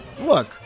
look